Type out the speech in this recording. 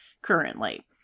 currently